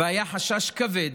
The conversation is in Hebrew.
והיה חשש כבד